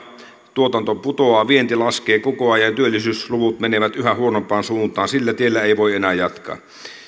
tuotanto putoaa vienti laskee koko ajan työllisyysluvut menevät yhä huonompaan suuntaan niin sillä tiellä ei voi enää jatkaa